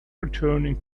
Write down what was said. returning